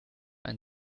ein